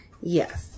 Yes